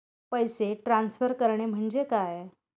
पैसे ट्रान्सफर करणे म्हणजे काय?